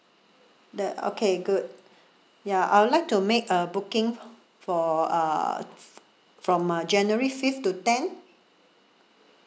the okay good ya I would like to make a booking for uh from uh january fifth to ten